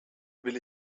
will